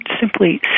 simply